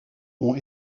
ont